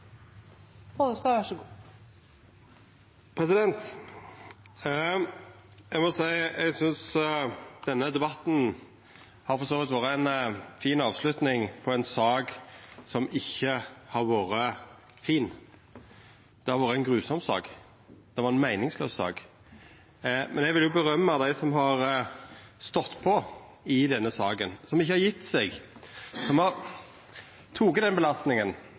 Eg må seia at eg synest denne debatten for så vidt har vore ei fin avslutning på ei sak som ikkje har vore fin; det har vore ei grufull sak, ei meiningslaus sak. Men eg vil rosa dei som har stått på i denne saka, som ikkje har gjeve seg, som har teke den belastninga